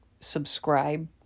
subscribe